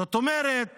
זאת אומרת